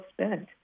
spent